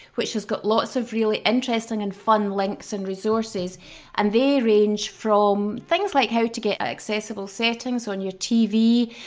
which has got lots of really interesting and fun links and resources and they range from things like how to get accessible settings on your tv,